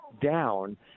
down